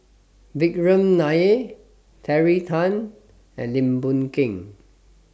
Vikram Nair Terry Tan and Lim Boon Keng